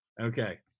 Okay